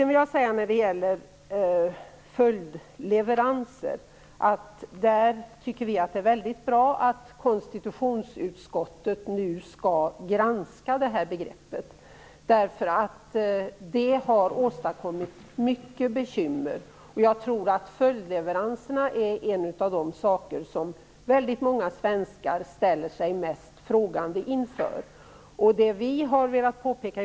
Vi tycker att det är bra att konstutionsutskottet nu skall granska följdleveranserna. De har åstadkommit mycket bekymmer, och jag tror att följdleveranser är en av de saker som många svenskar ställer sig mest frågande inför.